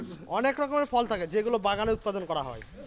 অনেক রকমের ফল থাকে যেগুলো বাগানে উৎপাদন করা হয়